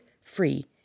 free